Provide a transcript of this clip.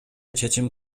чечим